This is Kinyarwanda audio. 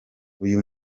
uyu